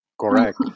correct